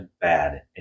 bad